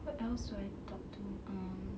who else do I talk to um